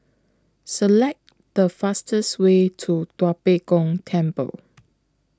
Select The fastest Way to Tua Pek Kong Temple